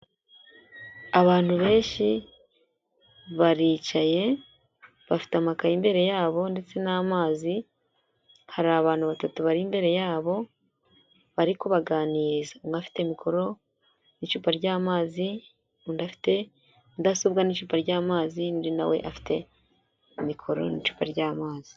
Abantu benshi baricaye bafite amakaye imbere yabo ndetse n'amazi, hari abantu batatu bari imbere yabo bari kubaganiriza, umwe afite mikoro icupa ry'amazi, undi afite mudasobwa n'icupa ry'amazi, undi nawe afite mikoro n'icupa ry'amazi.